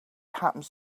happens